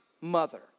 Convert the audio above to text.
mother